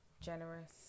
generous